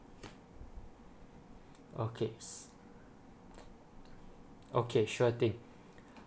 okay okay sure thing